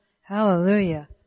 Hallelujah